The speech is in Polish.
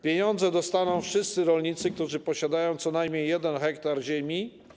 Pieniądze dostaną wszyscy rolnicy, którzy posiadają co najmniej 1 ha ziemi.